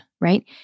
right